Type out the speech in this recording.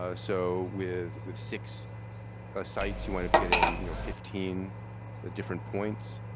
ah so with with six ah sites you end up getting you know fifteen ah different points.